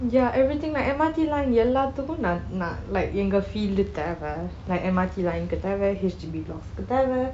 ya everything my M_R_T line எல்லாத்திற்கும் நான் நான்:ellathirkum naan naan like எங்க field தேவை:thevai like M_R_T line கும் தேவை:kum thevai H_D_B blocks கும் தேவை:kum thevai